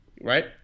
right